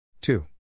two